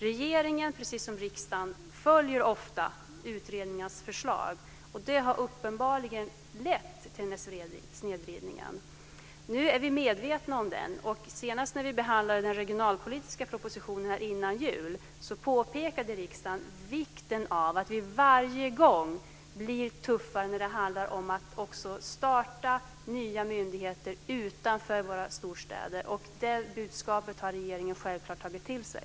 Regeringen, precis som riksdagen, följer ofta utredningarnas förslag. Det har uppenbarligen lett till snedvridningen. Nu är vi medvetna om den. Senast, när vi behandlade den regionalpolitiska propositionen innan jul, påpekade riksdagen vikten av att vi varje gång blir tuffare när det handlar om att starta nya myndigheter utanför våra storstäder. Det budskapet har regeringen självklart tagit till sig.